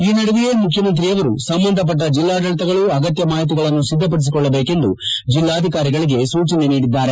ಈ ನಡುವೆಯೇ ಮುಖ್ಯಮಂತ್ರಿಯವರು ಸಂಬಂಧಪಟ್ಟ ಜಿಲ್ಲಾಡಳಿತಗಳು ಅಗತ್ಯ ಮಾಹಿತಿಗಳನ್ನು ಸಿದ್ಧಪಡಿಸಿಕೊಳ್ಳಬೇಕೆಂದು ಜಿಲ್ಲಾಧಿಕಾರಿಗಳಿಗೆ ಸೂಚನೆ ನೀಡಿದ್ದಾರೆ